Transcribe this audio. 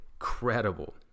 incredible